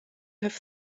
have